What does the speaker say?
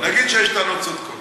נגיד שיש טענות צודקות.